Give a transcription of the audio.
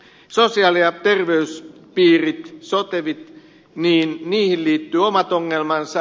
sosiaali ja terveyspiireihin soteveihin liittyy omat ongelmansa